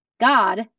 God